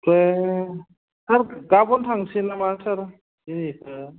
ओमफ्राय सार गाबोन थांसै नामा सार दिनै